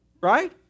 Right